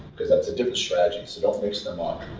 cause that's a different strategy, so don't mix them up.